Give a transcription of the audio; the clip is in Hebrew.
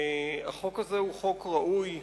החוק הזה הוא חוק ראוי,